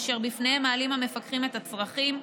אשר בפניהם מעלים המפקחים את הצרכים.